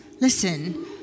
Listen